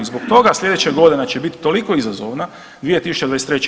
I zbog toga sljedeća godina će biti toliko izazovna 2023.